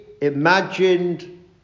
imagined